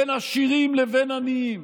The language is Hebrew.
בין עשירים לבין עניים.